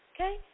Okay